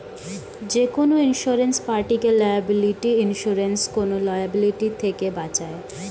যেকোনো ইন্সুরেন্স পার্টিকে liability insurance কোন লায়াবিলিটি থেকে বাঁচায়